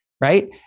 Right